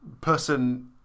person